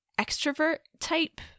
extrovert-type